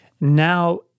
Now